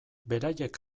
beraiek